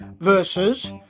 versus